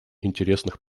интересных